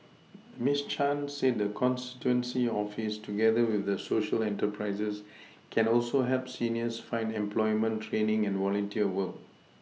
Miss Chan said the constituency office together with the Social enterprises can also help seniors find employment training and volunteer work